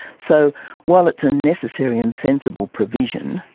so while it's a necessary and sensible provision,